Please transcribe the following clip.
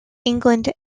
england